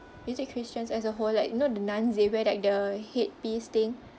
we take christians as a whole like you know the nuns they wear like the headpiece thing